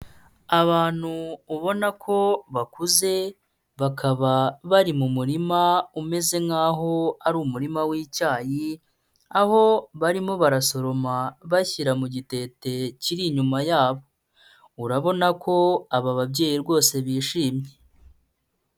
Abantu ubona ko bakuze bakaba bari mu murima umeze nk'aho ari umurima w'icyayi, aho barimo barasoroma bashyira mu gitete kiri inyuma yabo, urabona ko aba babyeyi rwose bishimye.